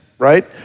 Right